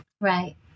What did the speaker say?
Right